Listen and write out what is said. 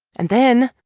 and then